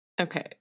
Okay